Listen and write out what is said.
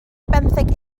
benthyg